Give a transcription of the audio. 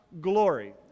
glory